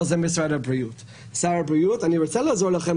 אבל זה משרד הבריאות; שר הבריאות אומר: אני רוצה לעזור לכם,